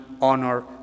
honor